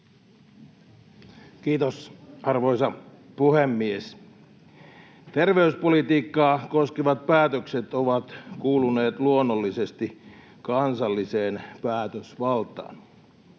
Kiitos, arvoisa puhemies! Terveyspolitiikkaa koskevat päätökset ovat kuuluneet luonnollisesti kansalliseen päätösvaltaan.